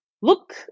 look